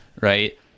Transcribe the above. right